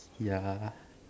ya